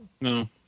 no